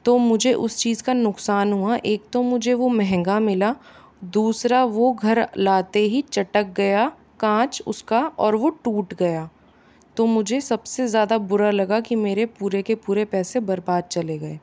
तो मुझे उस चीज़ का नुकसान हुआ एक तो मुझे वो महँगा मिला दूसरा वो घर लाते ही चटक गया कांच उसका और वो टूट गया तो मुझे सबसे ज्यादा बुरा लगा कि मेरे पूरे के पूरे पैसे बर्बाद चले गए